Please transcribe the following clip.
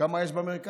כמה יש במרכז,